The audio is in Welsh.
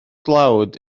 dlawd